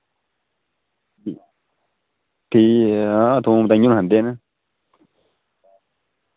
ठीक ऐ थोम ताइयें खंदे न